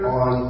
on